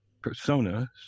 personas